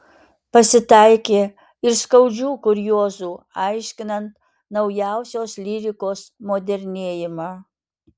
pasitaikė ir skaudžių kuriozų aiškinant naujausios lyrikos modernėjimą